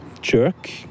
jerk